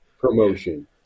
promotion